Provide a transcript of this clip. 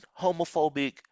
homophobic